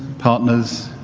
partners,